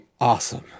awesome